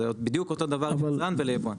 זה בדיוק אותו דבר ביצרן וביבואן.